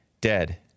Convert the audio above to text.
dead